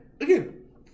Again